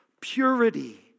purity